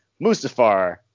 Mustafar